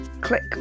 Click